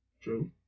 True